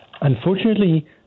Unfortunately